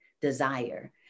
desire